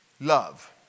love